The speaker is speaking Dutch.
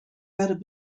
werden